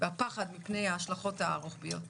והפחד מפני ההשלכות הרוחביות.